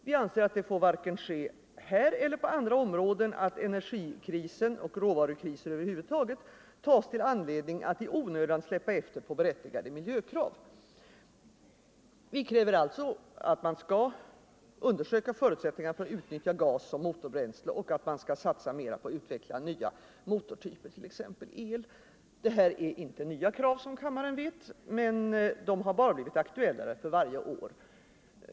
Vi anser att det får varken ske här eller på andra områden att energikrisen och råvarukriser över huvud taget tas till anledning att i onödan släppa efter på berättigade miljökrav. Vi kräver alltså att man skall undersöka förutsättningarna för att utnyttja gas som motorbränsle och att man skall satsa mera på att utveckla nya motortyper, t.ex. el. Det här är inte nya krav, som kammaren vet, men de har bara blivit aktuellare för varje år.